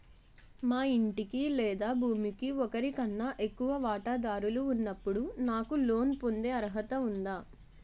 మా ఇంటికి లేదా భూమికి ఒకరికన్నా ఎక్కువ వాటాదారులు ఉన్నప్పుడు నాకు లోన్ పొందే అర్హత ఉందా?